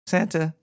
Santa